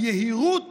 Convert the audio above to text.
היהירות